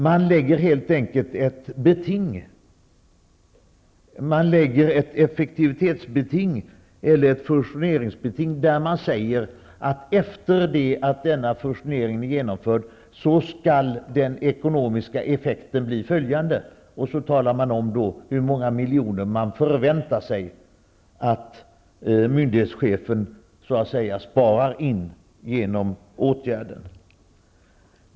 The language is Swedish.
Man lägger helt enkelt ett beting, ett effektivitetsbeting eller ett fusioneringsbeting, där man säger att efter det att denna fusionering är genomförd skall den ekonomiska effekten bli följande, och sedan talar man om hur många miljoner man förväntar sig att myndighetschefen så att säga sparar in genom åtgärden.